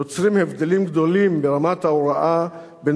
יוצרים הבדלים גדולים ברמת ההוראה בין